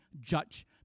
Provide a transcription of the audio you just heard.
judge